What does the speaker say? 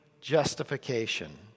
justification